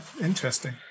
Interesting